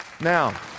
Now